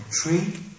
tree